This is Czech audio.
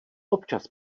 občas